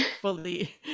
fully